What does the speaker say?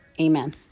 Amen